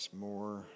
more